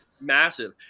massive